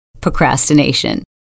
procrastination